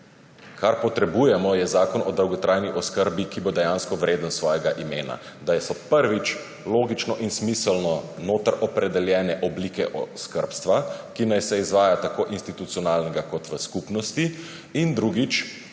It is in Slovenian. Kar potrebujemo, je zakon o dolgotrajni oskrbi, ki bo dejansko vreden svojega imena, da so, prvič, logično in smiselno notri opredeljene oblike skrbstva, ki naj se izvaja, tako institucionalnega kot v skupnosti, in, drugič,